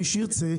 מי שירצה,